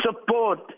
support